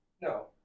No